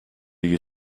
you